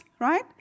right